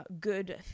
good